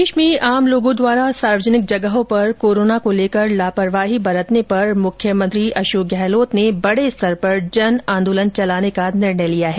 प्रदेश में आम लोगों द्वारा सार्वजनिक जगहों पर कोरोना को लेकर लापरवाही बरतने पर मुख्यमंत्री अशोक गहलोत ने चिंता जताते हुए बड़े स्तर पर जन आंदोलन चलाने का निर्णय लिया है